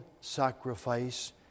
sacrifice